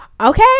Okay